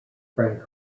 frank